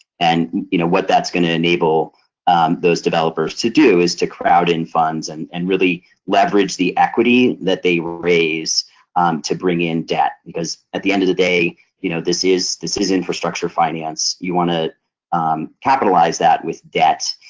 and you know what that's going to enable those developers to do is to crowd in funds and and really leverage the equity that they raise to bring in debt. because at the end of the day you know this is this is infrastructure finance, you want to capitalize that with debt,